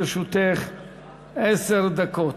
לרשותך עשר דקות.